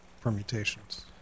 permutations